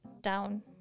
down